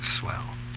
swell